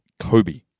Kobe